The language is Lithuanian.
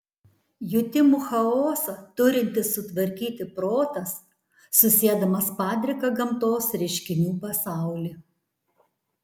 jutimų chaosą turintis sutvarkyti protas susiedamas padriką gamtos reiškinių pasaulį